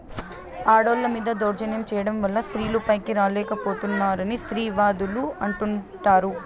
ఆడోళ్ళ మీద దౌర్జన్యం చేయడం వల్ల స్త్రీలు పైకి రాలేక పోతున్నారని స్త్రీవాదులు అంటుంటారు